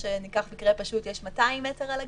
שניקח מקרה פשוט שיש 200 מטר על הגג,